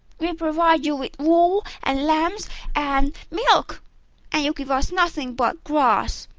we provide you with wool and lambs and milk and you give us nothing but grass,